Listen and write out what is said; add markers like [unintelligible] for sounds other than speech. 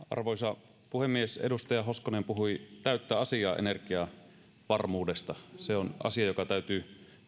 [unintelligible] arvoisa puhemies edustaja hoskonen puhui täyttä asiaa energiavarmuudesta se on asia joka täytyy